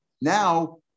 Now